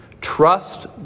Trust